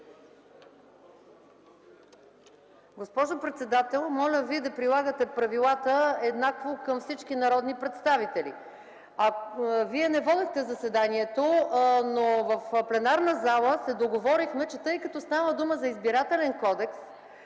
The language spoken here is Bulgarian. Госпожо председател, моля Ви да прилагате правилата еднакво към всички народни представители. Вие не водехте заседанието, но в пленарната зала се договорихме, че тъй като става дума за Изборен кодекс,